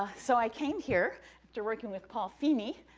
ah so, i came here after working with paul feeny,